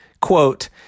quote